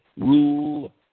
rule